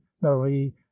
marie